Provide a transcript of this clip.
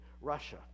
Russia